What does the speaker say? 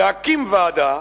להקים ועדה